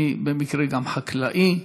אני במקרה גם חקלאי,